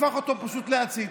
הפך אותו פשוט לעציץ.